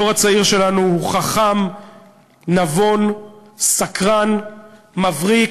הדור הצעיר שלנו הוא חכם, נבון, סקרן, מבריק,